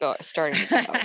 starting